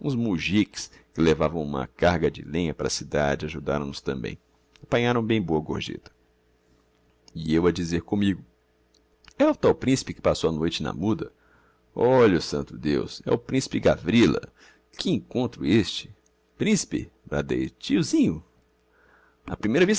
que levavam uma carga de lenha para a cidade ajudaram nos tambem apanharam bem boa gorgêta e eu a dizer commigo é o tal principe que passou a noite na muda ólho santo deus é o principe gavrila que encontro este principe bradei tiozinho á primeira